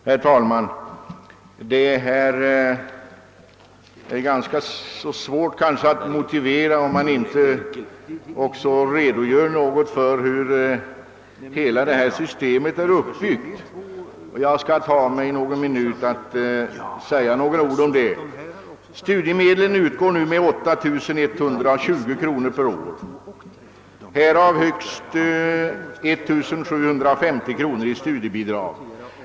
Herr talman! Det är ganska svårt att motivera utskottets ställningstagande, om man inte också i korthet redogör för hur hela detta system är uppbyggt. Jag skall därför ta några minuter i anspråk för att säga några ord om det. Studiemedel utgår nu med 8 120 kronor per år, varav högst 1750 kronor i studiebidrag.